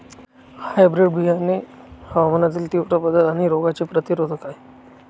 hybrid बियाणे हवामानातील तीव्र बदल आणि रोगांचे प्रतिरोधक आहे